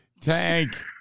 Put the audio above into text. tank